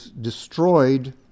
destroyed